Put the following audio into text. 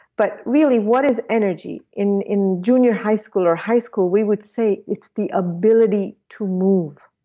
but really what is energy? in in junior high school or high school we would say, it's the ability to move.